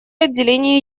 отделения